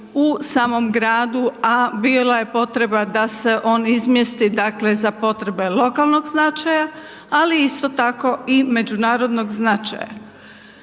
u samom gradu, a bila je potreba da se on izmjesti, dakle, za potrebe lokalnog značaja, ali isto tako i međunarodnog značaja.